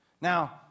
Now